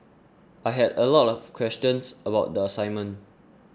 I had a lot of questions about the assignment